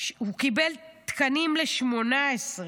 הוא קיבל תקנים ל-18.